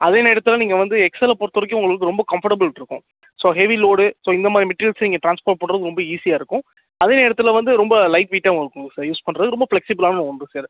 அதே நேரத்தில் நீங்கள் வந்து எக்ஸலில் பொறுத்த வரைக்கும் உங்களுக்கு ரொம்ப கம்ஃபர்ட்டபுள் இருக்கும் ஸோ ஹெவி லோடு ஸோ இந்த மாதிரி மெட்டீரியல்ஸை நீங்கள் ட்ரான்ஸ்போர்ட் பண்ணுறதுக்கு ரொம்ப ஈஸியாக இருக்கும் அதே நேரத்தில் வந்து ரொம்ப லைட் வெய்ட்டாகவும் இருக்குங்க சார் யூஸ் பண்ணுறதுக்கு ரொம்ப ஃப்ளக்சிபுளாகவும் உண்டு சார்